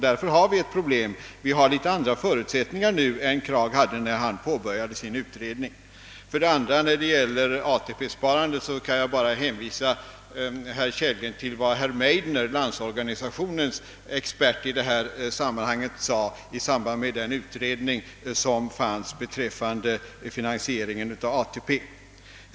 Därför vet vi att det finns ett problem — vi har andra förutsättningar nu än Kragh hade när han påbörjade sin utredning. För det andra kan jag beträffande ATP-sparandet hänvisa herr Kellgren till vad herr Meidner, LO:s expert i detta sammanhang, sade i samband med utredningen beträffande finansieringen av ATP.